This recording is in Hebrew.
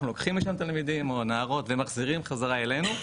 אנחנו לוקחים משם תלמידים או נערו ומחזירים חזרה אלינו,